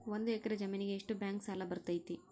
ಒಂದು ಎಕರೆ ಜಮೇನಿಗೆ ಎಷ್ಟು ಬ್ಯಾಂಕ್ ಸಾಲ ಬರ್ತೈತೆ?